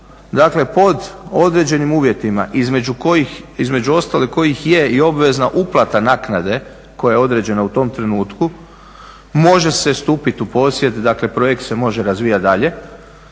dakle pod određenim uvjetima između kojih, između ostalih kojih je i obvezna uplata naknade koja je određena u tom trenutku može se stupiti u posjed, dakle projekt se može razvijati dalje